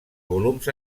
volums